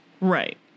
right